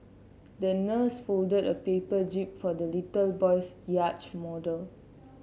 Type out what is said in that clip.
the nurse folded a paper jib for the little boy's yacht model